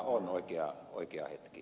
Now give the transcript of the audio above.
on oikea hetki tehdä